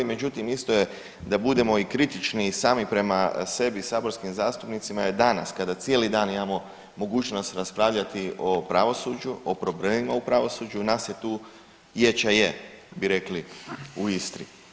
Međutim, isto je da budemo i kritični i sami prema sebi, saborskim zastupnicima je danas kada cijeli dan imamo mogućnost raspravljati o pravosuđu, o problemima u pravosuđu nas je tu je ča je, bi rekli u Istri.